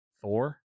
Thor